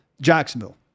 Jacksonville